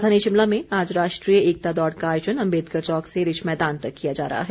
राजधानी शिमला में राष्ट्रीय एकता दौड़ का आयोजन अम्बेदकर चौक से रिज मैदान तक किया जा रहा है